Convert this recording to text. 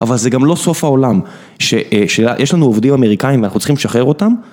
אבל זה גם לא סוף העולם שיש לנו עובדים אמריקאים ואנחנו צריכים לשחרר אותם